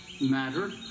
matter